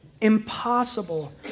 impossible